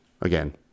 again